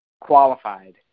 qualified